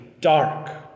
dark